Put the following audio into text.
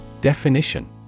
Definition